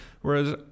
whereas